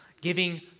giving